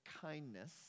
kindness